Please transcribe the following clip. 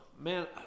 Man